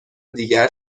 دیگر